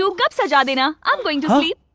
so cups. yeah ah you know i'm going to sleep.